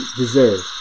deserve